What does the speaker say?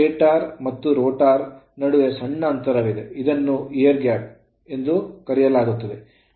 stator ಮತ್ತು rotor ನಡುವೆ ಸಣ್ಣ ಅಂತರವಿದೆ ಇದನ್ನು air gap ಗಾಳಿಯ ಅಂತರ ಎಂದು ಕರೆಯಲಾಗುತ್ತದೆ